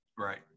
right